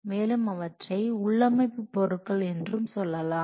மேலும் அவற்றை உள்ளமைப்பு பொருட்கள் என்றும் சொல்லலாம்